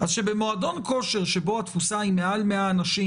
אז שבמועדון כושר שבו התפוסה היא מעל 100 אנשים,